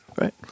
Right